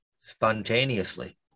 spontaneously